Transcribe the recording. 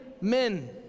men